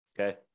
okay